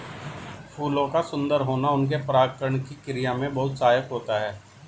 फूलों का सुंदर होना उनके परागण की क्रिया में बहुत सहायक होता है